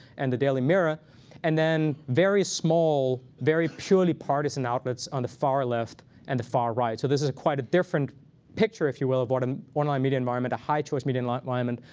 and the daily mirror and then very small, very purely partisan outlets on the far left and the far right. so this is quite a different picture, if you will, of what an online media environment, a high-choice media environment,